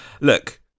Look